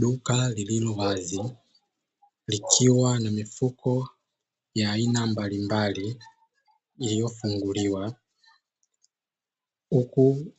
Duka lililo wazi likiwa na mifuko ya aina mbalimbali iliyofunguliwa huku